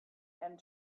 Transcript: and